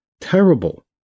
Terrible